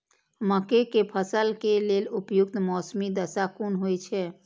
मके के फसल के लेल उपयुक्त मौसमी दशा कुन होए छै?